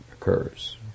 occurs